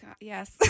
yes